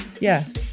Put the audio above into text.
yes